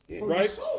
Right